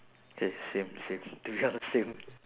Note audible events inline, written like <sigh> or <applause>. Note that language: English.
K same same <laughs> to be honest same